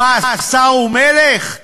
מה, השר הוא מלך?